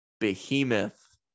behemoth